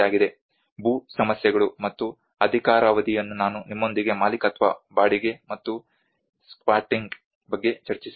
ಭೂ ಸಮಸ್ಯೆಗಳು ಮತ್ತು ಅಧಿಕಾರಾವಧಿಯನ್ನು ನಾನು ನಿಮ್ಮೊಂದಿಗೆ ಮಾಲೀಕತ್ವ ಬಾಡಿಗೆ ಮತ್ತು ಸ್ಕ್ವಾಟಿಂಗ್ ಬಗ್ಗೆ ಚರ್ಚಿಸಿದ್ದೇನೆ